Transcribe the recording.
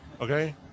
Okay